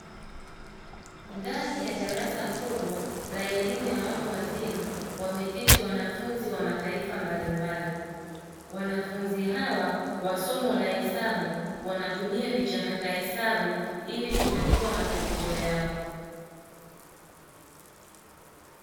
Ndani ya darasa kubwa la elimu ya watu wazima, wameketi wanafunzi wa mataifa mbalimbali. Wanafunzi hawa wa somo la hesabu wanatumia vichaka hesabu ili kutatua matatizo yao.